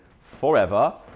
forever